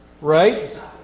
Right